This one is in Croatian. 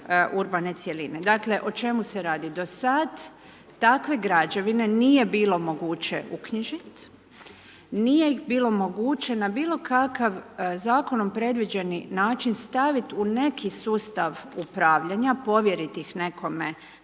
urbane cjeline. Dakle, o čemu se radi? Do sad takve građevine nije bilo moguće uknjižiti, nije ih bilo moguće na bilo kakav zakonom predviđeni način staviti u neki sustav upravljanja, povjeriti ih nekome